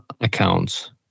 accounts